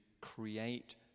create